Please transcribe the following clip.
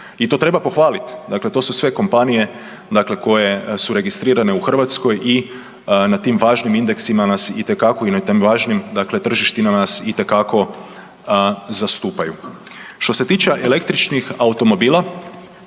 i to treba pohvalit, dakle to su sve kompanije koje su registrirane u Hrvatskoj i na tim važnim indeksima nas itekako i na tim važnim tržištima nas itekako zastupaju. Što se tiče električnih automobila,